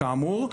כאמור,